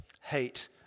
hate